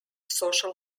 social